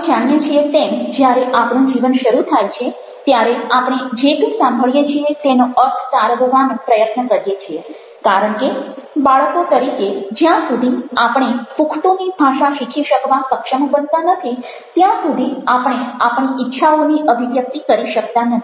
આપણે જાણીએ છીએ તેમ જ્યારે આપણું જીવન શરૂ થાય છે ત્યારે આપણે જે કંઈ સાંભળીએ છીએ તેનો અર્થ તારવવાનો પ્રયત્ન કરીએ છીએ કારણ કે બાળકો તરીકે જ્યાં સુધી આપણે પુખ્તોની ભાષા શીખી શકવા સક્ષમ બનતા નથી ત્યાં સુધી આપણે આપણી ઇચ્છાઓની અભિવ્યક્તિ કરી શકતા નથી